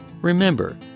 remember